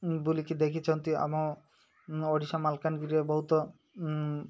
ବୁଲିକି ଦେଖିଛନ୍ତି ଆମ ଓଡ଼ିଶା ମାଲକାନଗିରିରେ ବହୁତ